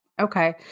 Okay